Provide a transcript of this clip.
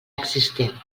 existent